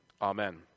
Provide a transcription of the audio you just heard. Amen